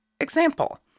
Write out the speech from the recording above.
Example